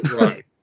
right